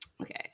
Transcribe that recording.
Okay